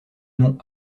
nom